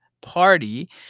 party